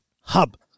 hub